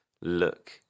look